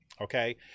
okay